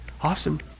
Awesome